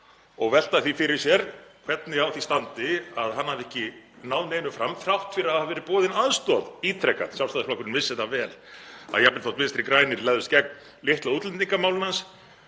og velta því fyrir sér hvernig á því standi að hann hafði ekki náð neinu fram þrátt fyrir að hafa verið boðin aðstoð ítrekað. Sjálfstæðisflokkurinn vissi það vel að jafnvel þótt Vinstri grænir legðust gegn litla útlendingamálinu